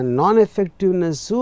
non-effectiveness